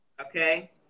okay